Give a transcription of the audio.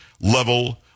level